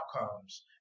outcomes